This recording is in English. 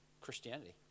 Christianity